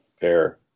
pair